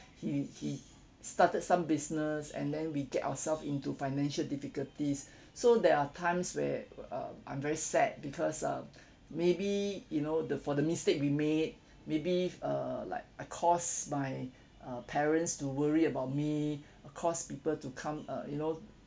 he he started some business and then we get ourself into financial difficulties so there are times where uh I'm very sad because uh maybe you know the for the mistake we made maybe err like I caused my uh parents to worry about me uh cause people to come uh you know